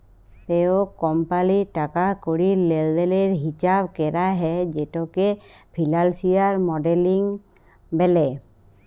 প্যত্তেক কমপালির টাকা কড়ির লেলদেলের হিচাব ক্যরা হ্যয় যেটকে ফিলালসিয়াল মডেলিং ব্যলে